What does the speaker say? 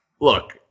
look